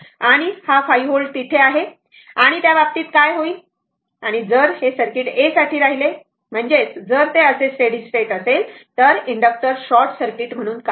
आणि हा 5 व्होल्ट तेथे आहे आणि त्या बाबतीत काय होईल आणि जर सर्किट ए साठी राहीले तर म्हणजे जर ते असे स्टेडी स्टेट असेल तर इनडक्टर शॉर्ट सर्किट म्हणून कार्य करतील